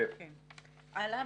אני ממשיכה הלאה.